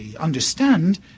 understand